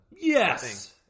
Yes